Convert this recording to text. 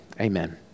amen